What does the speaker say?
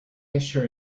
assure